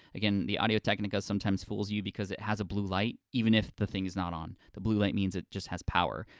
again, the audio-technica sometimes fools you because it has a blue light, even if the thing is not on. the blue light means it just has power.